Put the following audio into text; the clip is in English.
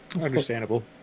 Understandable